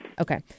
Okay